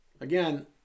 Again